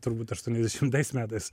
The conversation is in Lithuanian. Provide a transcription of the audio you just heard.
turbūt aštuoniasdešimtais metais